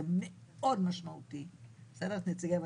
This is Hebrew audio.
זה משמעותי מאוד,